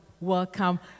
welcome